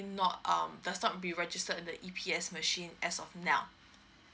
not um does not be registered in the E_P_S machine as of now